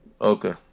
Okay